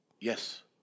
Yes